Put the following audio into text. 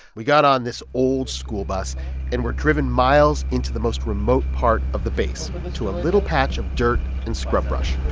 we got on this old school bus and were driven miles into the most remote part of the base to a little patch of dirt and scrub brush